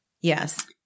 yes